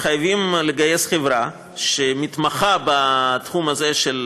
הם חייבים לגייס חברה שמתמחה בתחום הזה של